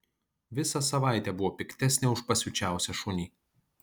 visą savaitę buvo piktesnė už pasiučiausią šunį